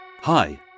Hi